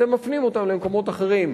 אתם מפנים אותם למקומות אחרים.